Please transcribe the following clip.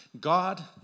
God